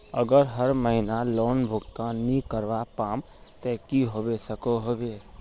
अगर हर महीना लोन भुगतान नी करवा पाम ते की होबे सकोहो होबे?